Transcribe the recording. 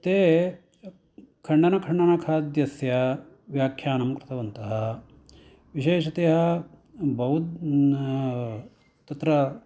ते खण्डनखण्डखाद्यस्य व्याख्यानं कृतवन्तः विशेषतया बौ तत्र